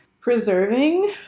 preserving